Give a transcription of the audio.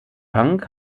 punk